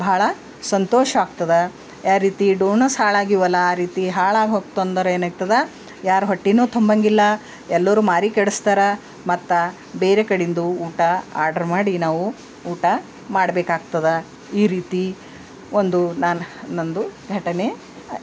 ಭಾಳ ಸಂತೋಷ ಆಗ್ತದ ಯಾವ ರೀತಿ ಡೋಣಸ್ ಹಾಳಾಗಿವಲ್ಲ ಆ ರೀತಿ ಹಾಳಾಗಿ ಹೋಗ್ತಂದರ ಏನಾಯ್ತದ ಯಾರ ಹೊಟ್ಟೆ ತುಂಬಂಗಿಲ್ಲ ಎಲ್ಲರೂ ಮಾರಿ ಕೆಡಿಸ್ತಾರ ಮತ್ತು ಬೇರೆ ಕಡಿಂದು ಊಟ ಆರ್ಡ್ರ್ ಮಾಡಿ ನಾವು ಊಟ ಮಾಡಬೇಕಾಗ್ತದ ಈ ರೀತಿ ಒಂದು ನಾನು ನಂದು ಘಟನೆ